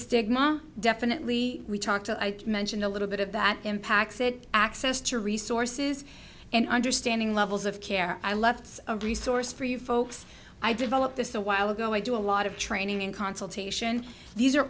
stigma definitely we talked i mentioned a little bit of that impacts it access to resources and understanding levels of care i left a resource for you folks i developed this a while ago i do a lot of training in consultation these are